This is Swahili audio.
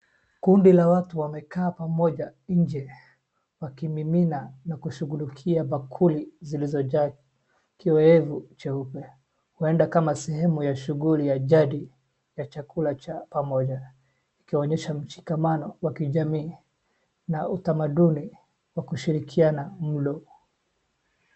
Kundi la watu wamekaa pamoja nje wakimimina na kushughulikia bakuli zilizojazwa kiowevu cheupe, huenda kama sehemu ya shughuli ya jadi ya chakula cha pamoja, ikionyesha mshikamano wa kijamii na utamaduni wa kushirikiana mlo.